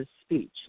speech